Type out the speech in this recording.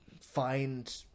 Find